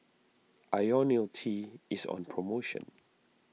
Ionil T is on promotion